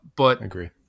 agree